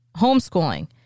homeschooling